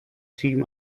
team